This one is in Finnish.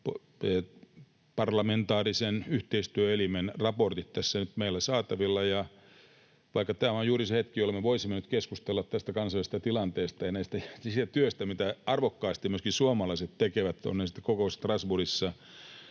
parlamentaarisen yhteistyöelimen raportit tässä nyt meillä ovat saatavilla. Ja vaikka tämä on juuri se hetki, jolloin me voisimme nyt keskustella tästä kansainvälisestä tilanteesta ja tästä työstä, mitä arvokkaasti myöskin suomalaiset tekevät, ovat kokoukset sitten Strasbourgissa,